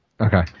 Okay